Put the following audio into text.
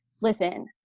listen